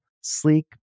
sleek